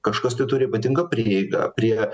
kažkas tai turi ypatingą prieigą prie